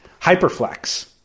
Hyperflex